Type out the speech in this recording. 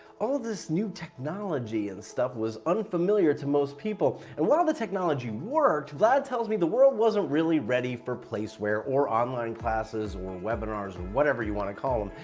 all this new technology and stuff was unfamiliar to most people. and while the technology worked, vlad tells me the world wasn't really ready for placeware or online classes or webinars or whatever you wanna call them.